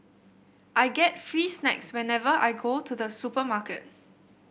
I get free snacks whenever I go to the supermarket